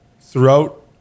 throughout